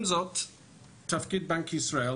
עם זאת תפקיד בנק ישראל